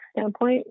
standpoint